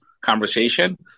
conversation